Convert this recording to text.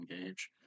engage